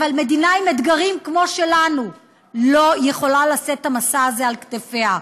אבל מדינה עם אתגרים כמו שלנו לא יכולה לשאת את המשא הזה על כתפיה.